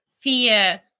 fear